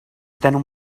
than